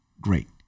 Great